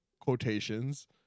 quotations